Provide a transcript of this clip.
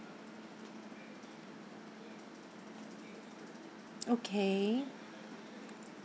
okay